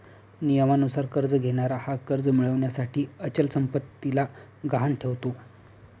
नियमानुसार कर्ज घेणारा हा कर्ज मिळविण्यासाठी अचल संपत्तीला गहाण ठेवतो